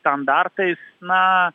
standartais na